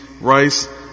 rice